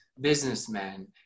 businessmen